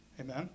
Amen